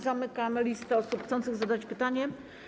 Zamykam listę osób chcących zadać pytanie.